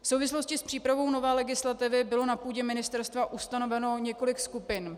V souvislosti s přípravou nové legislativy bylo na půdě ministerstva ustanoveno několik skupin.